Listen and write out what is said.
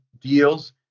deals